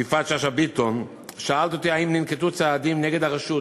יפעת שאשא ביטון: שאלת אותי האם ננקטו צעדים נגד הרשות.